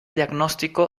diagnóstico